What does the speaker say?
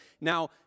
Now